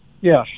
Yes